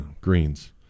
greens